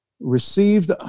received